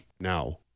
now